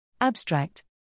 Abstract